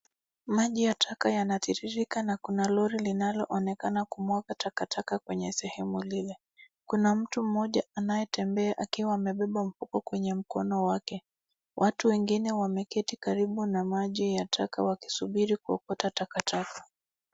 Maji ya taka yanatiririka na kuna lori linaloonekana kumwaga takataka kwenye sehemu lile. Kuna mtu mmoja anayetembea akiwa amebeba mfuko kwenye mkono wake. Watu wengine wameketi karibu na maji ya taka wakisubiri kuokota takataka.